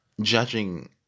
judging